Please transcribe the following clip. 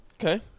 Okay